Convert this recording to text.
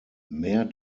mehr